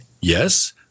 yes